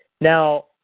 Now